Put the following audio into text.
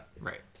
right